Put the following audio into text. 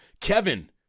Kevin